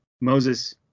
Moses